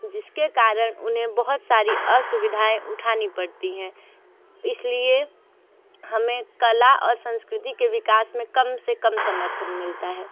जिस के कारण उन्हें बहुत सारी असुविधाएँ उठानी पड़ती हैं इस लिए हमें कला और संस्कृति के विकास में कम से कम समर्थन मिलता है